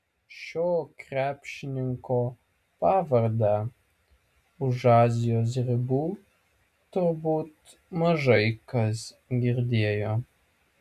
šio krepšininko pavardę už azijos ribų turbūt mažai kas girdėjo